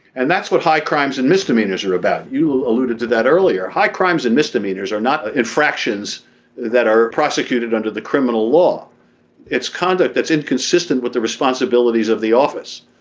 and that's what high crimes and misdemeanors are about. you alluded to that earlier high crimes and misdemeanors are not infractions that are prosecuted under the criminal law it's conduct that's inconsistent with the responsibilities of the office.